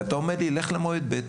ואתה אומר לי: לך למועד ב'?